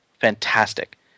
fantastic